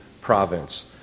province